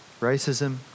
Racism